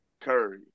Curry